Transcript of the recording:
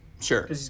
Sure